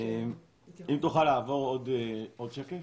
אם תוכל לעבור עוד שקף